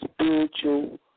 spiritual